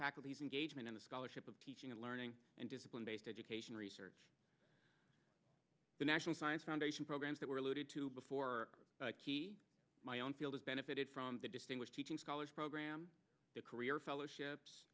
faculties engagement in the scholarship of teaching and learning and discipline based education research the national science foundation programs that were looted to before my own field has benefited from the distinguished teaching scholars program the career fellowships